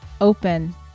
open